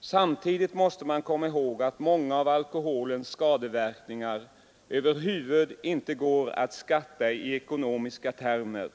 Samtidigt måste man komma ihåg att många av alkoholens skadeverkningar över huvud inte går att skatta i ekonomiska termer.